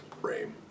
Frame